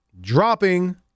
dropping